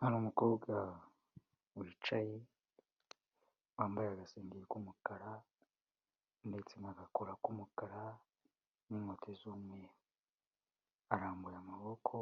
Hari umukobwa wicaye wambaye agasengeri k'umukara ndetse n'agakora k'umukara n'inkweto z'umweru, arambuye amaboko,